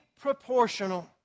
proportional